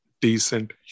decent